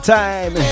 time